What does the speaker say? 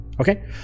Okay